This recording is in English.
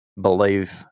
believe